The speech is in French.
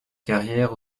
carrière